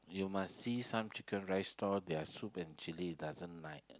you must see some chicken rice stall their soup and chilli doesn't nice